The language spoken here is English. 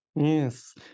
Yes